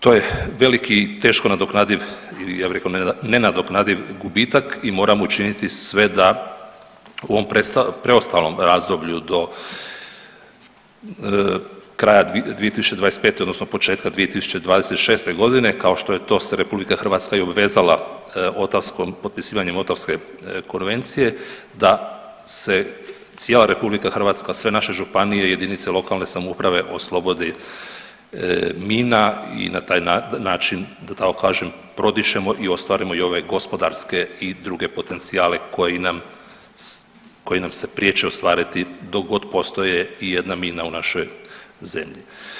To je veliki i teško nadoknadiv, ja bih rekao nenadoknadiv gubitak i moramo učiniti sve da u ovom preostalom razdoblju do kraja 2025. odnosno do početka 2026.g. kao što je to se i RH obvezala potpisivanjem Ottawske konvencije da se cijela RH sve naše županije i jedinice lokalne samouprave oslobode mina i na taj način da tako kažem prodišemo i ostvarimo i ove gospodarske i druge potencijale koji nam se priječe ostvariti dok god postoji ijedna mina u našoj zemlji.